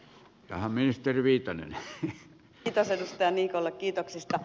kiitos edustaja niikolle kiitoksista